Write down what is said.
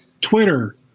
Twitter